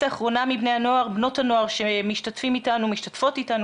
האחרונה מבני הנוער ובנות הנוער שמשתתפים ומשתתפות איתנו